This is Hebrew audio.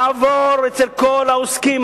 לעבור אצל כל העוסקים,